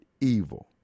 evil